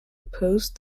opposed